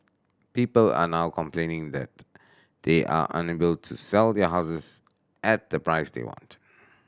people are now complaining that they are unable to sell their houses at the price they want